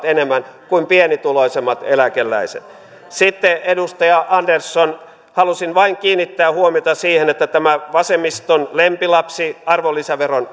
enemmän kuin pienituloisemmat eläkeläiset sitten edustaja andersson halusin vain kiinnittää huomiota siihen että tämä vasemmiston lempilapsikin arvonlisäveron